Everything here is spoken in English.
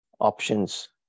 options